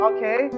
Okay